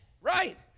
Right